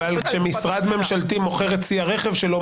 כשמשרד ממשלתי מוכר את צי הרכב שלו,